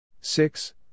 Six